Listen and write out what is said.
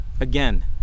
Again